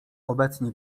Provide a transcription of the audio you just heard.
obecni